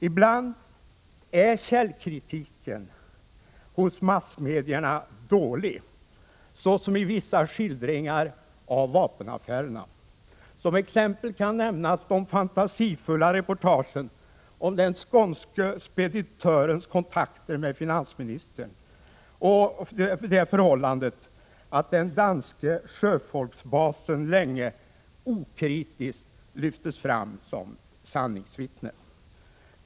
Ibland är källkritiken hos massmedierna dålig, såsom vid vissa skildringar av vapenaffärerna. Som exempel kan nämnas de fantasifulla reportagen om den skånske speditörens kontakter med finansministern och det förhållandet att den danske sjöfolksbasen länge okritiskt lyftes fram som sanningsvittne.